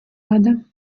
рада